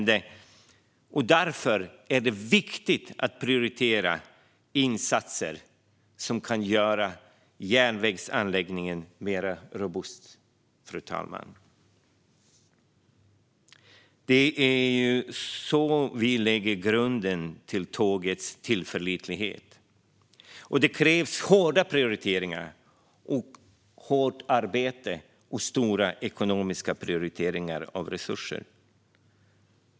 Därför är det viktigt att prioritera insatser som kan göra järnvägsanläggningen mer robust. Det är så vi lägger grunden för tågets tillförlitlighet. Det kräver hårda prioriteringar, hårt arbete och stora ekonomiska resurser.